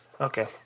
Okay